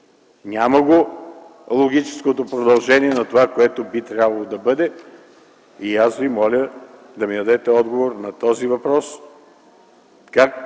няма го логическото продължение на това, което би трябвало да бъде. Аз Ви моля да ми дадете отговор на този въпрос: